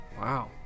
Wow